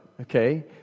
Okay